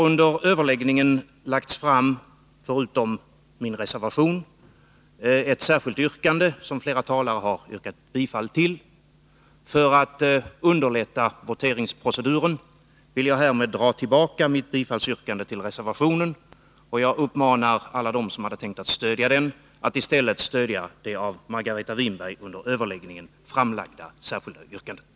Under överläggningen har — förutom att min reservation tagits upp — ett särskilt yrkande framlagts, till vilket flera talare har yrkat bifall. För att underlätta voteringsproceduren tar jag härmed tillbaka mitt yrkande om bifall till reservationen. Jag uppmanar alla dem som tänkt stödja reservationen att i stället stödja det av Margareta Winberg under överläggningen framlagda särskilda yrkandet.